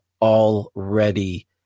already